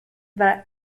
were